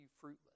fruitless